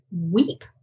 weep